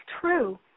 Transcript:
true